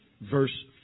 verse